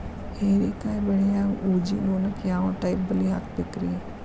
ಹೇರಿಕಾಯಿ ಬೆಳಿಯಾಗ ಊಜಿ ನೋಣಕ್ಕ ಯಾವ ಟೈಪ್ ಬಲಿ ಹಾಕಬೇಕ್ರಿ?